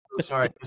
Sorry